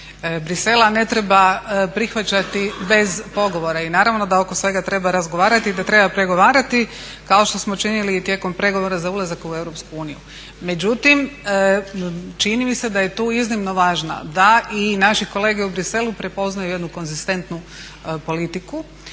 Bruxellesa ne treba prihvaćati bez pogovora i naravno da oko svega treba razgovarati i da treba pregovarati kao što smo činili i tijekom pregovora za ulazak u EU. Međutim, čini mi se da je tu iznimno važna da i naši kolege u Bruxellesu prepoznaju jednu konzistentnu politiku